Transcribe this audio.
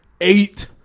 eight